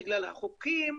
בגלל החוקים,